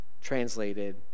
translated